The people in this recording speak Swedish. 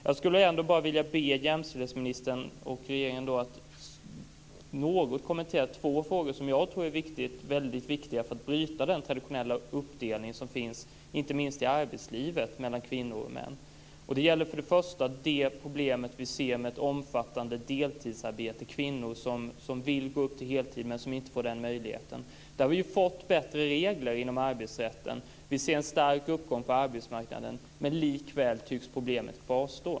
Jag skulle ändå vilja be jämställdhetsministern och regeringen att något kommentera två frågor som jag tror är väldigt viktiga för att bryta den traditionella uppdelning som finns, inte minst i arbetslivet, mellan kvinnor och män. Det gäller för det första det problem som vi ser med ett omfattande deltidsarbete, problemet med kvinnor som vill gå upp till heltid men som inte får den möjligheten. Där har vi fått bättre regler inom arbetsrätten. Vi ser en stark uppgång på arbetsmarknaden. Men likväl tycks problemet kvarstå.